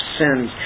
sins